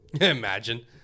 Imagine